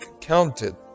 counted